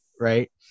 Right